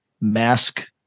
mask